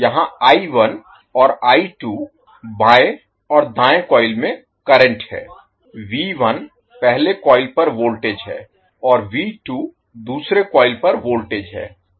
यहाँ और बाएँ और दाएँ कॉइल में करंट हैं पहले कॉइल पर वोल्टेज है और दूसरे कॉइल पर वोल्टेज है